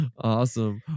awesome